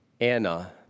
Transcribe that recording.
Anna